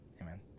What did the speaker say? Amen